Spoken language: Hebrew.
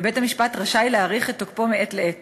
ובית-המשפט רשאי להאריך את תוקפו מעת לעת